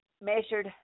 measured